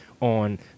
on